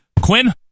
Quinn